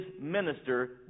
minister